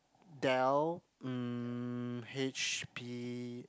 Dell mm H_P